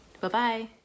Bye-bye